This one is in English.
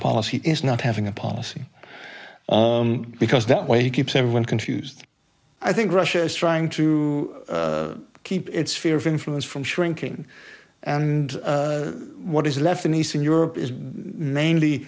policy is not having a policy because that way he keeps everyone confused i think russia is trying to keep its sphere of influence from shrinking and what is left in eastern europe is mainly